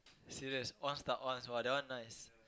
serious one start one !wah! that one nice